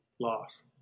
Loss